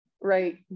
right